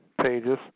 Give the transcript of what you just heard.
pages